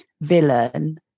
villain